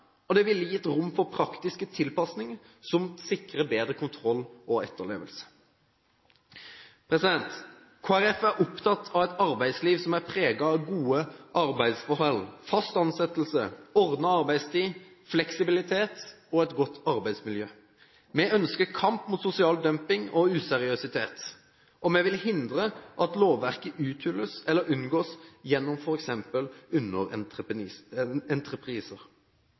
og det ville gitt rom for praktiske tilpasninger som sikrer bedre kontroll og etterlevelse. Kristelig Folkeparti er opptatt av et arbeidsliv som er preget av gode arbeidsforhold, fast ansettelse, ordnet arbeidstid, fleksibilitet og et godt arbeidsmiljø. Vi ønsker kamp mot sosial dumping og useriøsitet, og vi vil hindre at lovverket uthules eller unngås gjennom